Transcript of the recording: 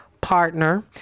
partner